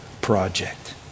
project